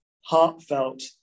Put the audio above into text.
heartfelt